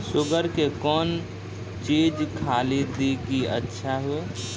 Sugar के कौन चीज खाली दी कि अच्छा हुए?